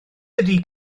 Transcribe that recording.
ydy